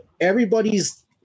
everybody's